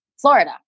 Florida